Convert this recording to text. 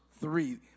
three